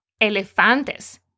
elefantes